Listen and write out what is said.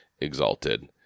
exalted